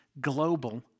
global